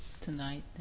tonight